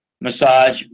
massage